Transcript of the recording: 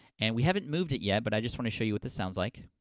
and we haven't moved it yet, but i just want to show you what this sounds like.